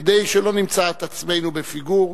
כדי שלא נמצא את עצמנו בפיגור,